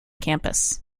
campus